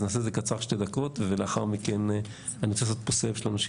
אז נעשה את זה קצר בשתי דקות ולאחר מכן אני רוצה לעשות פה סבב של אנשים,